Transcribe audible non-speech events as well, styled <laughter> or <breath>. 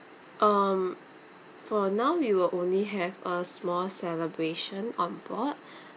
um for now we will only have a small celebration on board <breath>